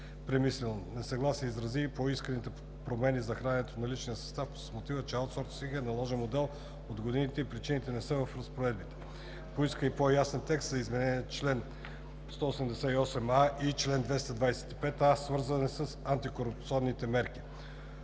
премислено. Несъгласие изрази и по исканите промени за храненето на личния състав с мотива, че аутсорсингът е наложен модел от години и причините не са в разпоредбите. Поиска се и по-ясен текст по измененията в чл. 188а и 225а, свързани с антикорупционните мерки.